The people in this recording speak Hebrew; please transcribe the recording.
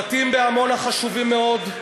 הבתים בעמונה חשובים מאוד.